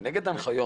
זה בניגוד להנחיות.